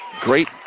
great